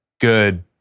good